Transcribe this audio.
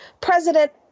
President